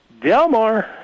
Delmar